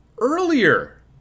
earlier